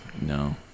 No